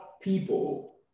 people